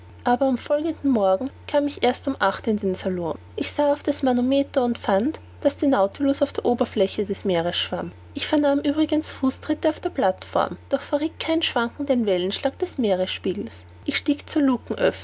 aber am folgenden morgen kam ich erst um acht uhr in den salon ich sah auf das manometer und fand daß der nautilus auf der oberfläche des meeres schwamm ich vernahm übrigens fußtritte auf der plateform doch verrieth kein schwanken den wellenschlag des meeresspiegels ich stieg